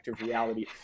reality